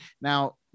now